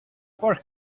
pork